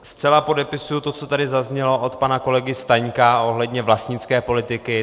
Zcela podepisuji to, co tady zaznělo od pana kolegy Staňka ohledně vlastnické politiky.